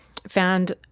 Found